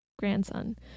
grandson